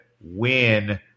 win